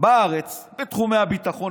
בארץ בתחומי הביטחון